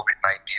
COVID-19